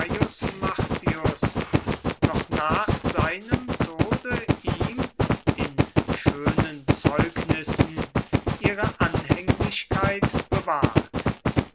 noch nach seinem tode ihm in schönen zeugnissen ihre anhänglichkeit bewahrt